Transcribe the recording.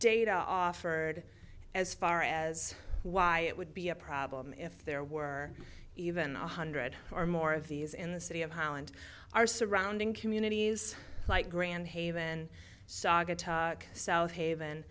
data offered as far as why it would be a problem if there were even one hundred or more of these in the city of holland are surrounding communities like grand haven saugatuck south haven